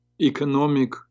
economic